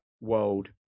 world